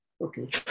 Okay